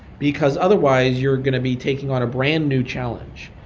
because otherwise you're going to be taking on a brand new challenge.